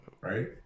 right